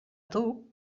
duc